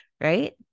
right